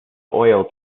oil